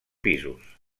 pisos